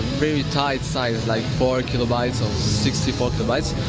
very tight size, like four kbytes or sixty four kbytes,